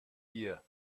year